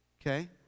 okay